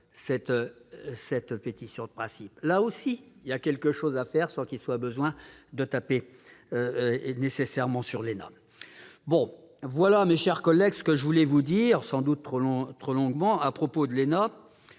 mettent en oeuvre ? Là aussi, il y a quelque chose à faire sans qu'il soit nécessairement besoin de taper sur l'ENA. Voilà, mes chers collègues, ce que je voulais vous dire, sans doute trop longuement, à propos de l'ENA,